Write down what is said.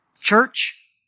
Church